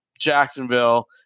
Jacksonville